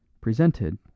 presented